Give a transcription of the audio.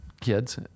kids